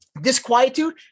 Disquietude